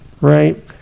right